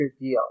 deal